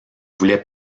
voulait